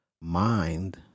mind